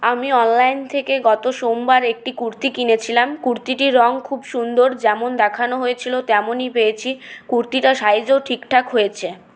আমি অনলাইন থেকে গত সোমবার একটি কুর্তি কিনেছিলাম কুর্তিটির রং খুব সুন্দর যেমন দেখানো হয়েছিল তেমনই পেয়েছি কুর্তিটা সাইজেও ঠিকঠাক হয়েছে